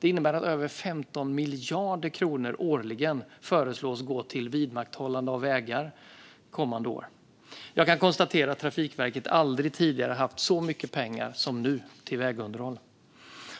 Det innebär att över 15 miljarder kronor årligen föreslås gå till vidmakthållande av vägar under kommande år. Jag kan konstatera att Trafikverket aldrig tidigare har haft så mycket pengar till vägunderhåll.